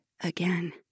again